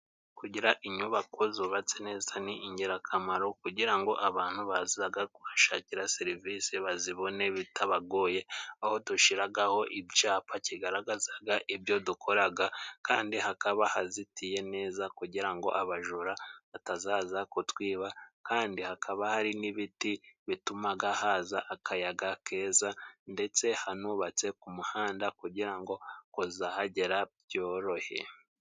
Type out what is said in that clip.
Kugira inyubako zubatse neza ni ingirakamaro kugira ngo abantu bazaga kuhashakira serivisi bazibone bitabagoye, aho dushiragaho icapa kigaragazaga ibyo dukoraga, kandi hakaba hazitiye neza kugira ngo abajura batazaza kutwiba, kandi hakaba hari n'ibiti bitumaga haza akayaga keza, ndetse hanubatse ku muhanda kugira ngo kuzahagera byorohe.